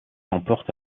emportent